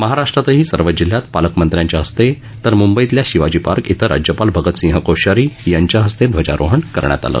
महाराष्ट्रातही सर्व जिल्ह्यात पालकमंत्र्यांच्या हस्ते तर मुंबईतल्या शिवाजी पार्क क्वें राज्यपाल भगतसिंह कोश्यारी यांच्या हस्ते ध्वजारोहण करण्यात आलं